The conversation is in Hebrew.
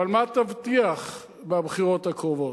אבל מה תבטיח בבחירות הקרובות?